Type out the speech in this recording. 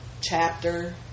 chapter